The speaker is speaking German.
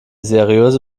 seriöse